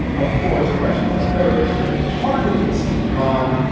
of course, questions like those would have targeted steve hahn,